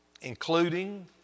including